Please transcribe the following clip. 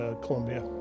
Columbia